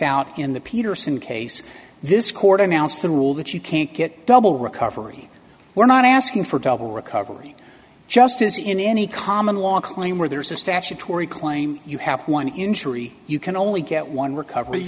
out in the peterson case this court announced the rule that you can't get double recovery we're not asking for double recovery just as in any common law claim where there's a statutory claim you have one injury you can only get one recovery